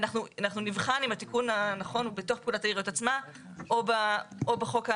אנחנו נבחן אם התיקון הנכון הוא בתוך פקודת העיריות עצמה או בחוק הנפרד.